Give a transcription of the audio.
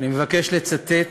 אני מבקש לצטט